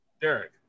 Derek